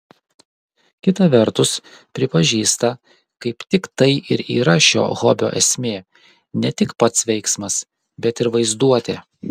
kita vertus pripažįsta kaip tik tai ir yra šio hobio esmė ne tik pats veiksmas bet ir vaizduotė